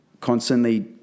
constantly